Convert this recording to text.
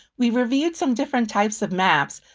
we've reviewed some different types of maps,